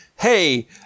hey